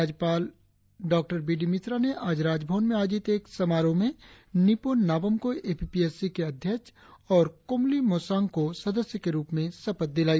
राज्यपाल B D Mishra ने आज राजभवन में आयोजित एक समारोह में निपो नाबाम को A P P S C के अध्यक्ष और कोमोली मोसांग को सदस्य के रुप में शपथ दिलाई